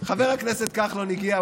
חבר הכנסת כחלון הגיע.